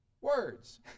words